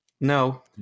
No